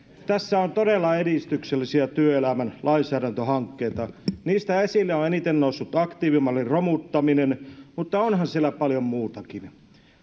tässä on todella edistyksellisiä työelämän lainsäädäntöhankkeita niistä esille on eniten noussut aktiivimallin romuttaminen mutta onhan siellä paljon muutakin